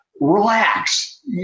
relax